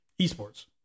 esports